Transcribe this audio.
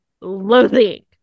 loathing